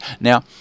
Now